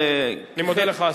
אני מודה לך,